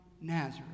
Nazareth